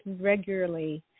regularly